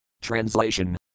Translation